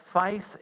faith